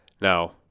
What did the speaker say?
Now